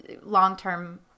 long-term